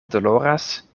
doloras